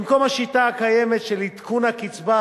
במקום השיטה הקיימת של עדכון הקצבה